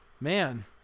man